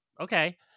okay